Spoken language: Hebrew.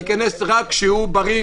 ייכנס רק כשהוא בריא,